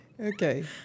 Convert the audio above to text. Okay